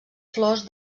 flors